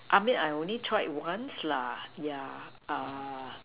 I mean I only try once lah ya uh